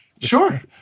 sure